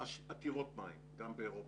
עתירות מים גם באירופה,